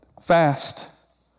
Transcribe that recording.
fast